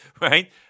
right